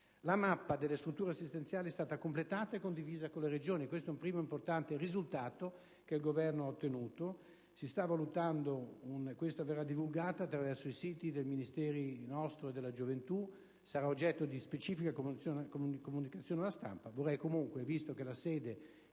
La mappa delle strutture assistenziali è stata completata e condivisa con le Regioni; questo è un primo importante risultato che il Governo ha ottenuto. Questo verrà divulgato attraverso i siti del nostro Ministero e del Ministro per la gioventù e sarà oggetto di specifica comunicazione alla stampa, ma vorrei comunque anticipare, visto che la sede